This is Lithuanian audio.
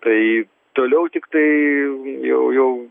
tai toliau tiktai jau jau